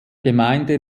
gemeinde